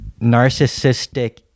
narcissistic